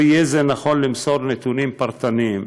לא יהיה נכון למסור נתונים פרטניים.